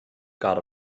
got